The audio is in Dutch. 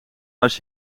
als